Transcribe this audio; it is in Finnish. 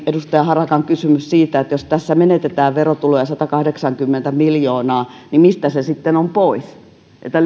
edustaja harakka kysyi siitä että jos tässä menetetään verotuloja satakahdeksankymmentä miljoonaa niin mistä se sitten on pois